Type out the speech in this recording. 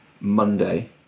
monday